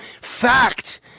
Fact